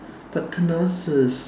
platanos